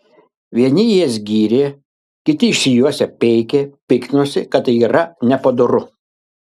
vieni jas gyrė kiti išsijuosę peikė piktinosi kad tai yra nepadoru